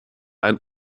ein